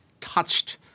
touched